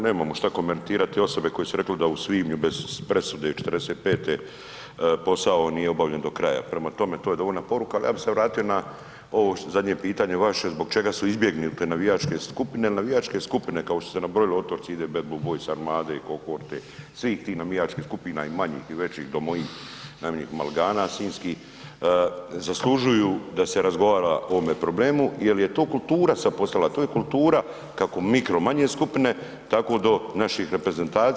Može, može, nemamo šta komentirati osobe koje su rekle da u svibnju bez presude 45. posao nije obavljen do kraja, prema tome, to je dovoljna poruka, ali ja bih se vratio na ovo zadnje pitanje vaše zbog čega su izbjegnute navijačke skupine jer navijačke skupine kao što ste nabrojali, ... ide BBB-a, Armade i Kohorte, svih tih navijačkih skupina i manjih i većih, do mojih Maligana sinjskih, zaslužuju da se razgovara o ovome problemu jer je to kultura sad postala, to je kultura kako mikro, manje skupine tako do sredina.